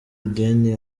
ideni